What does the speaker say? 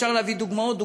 אפשר להביא דוגמאות.